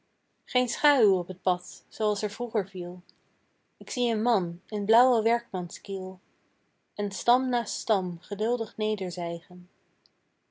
geen schâuw op t pad zooals er vroeger viel ik zie een man in blauwen werkmanskiel en stam naast stam geduldig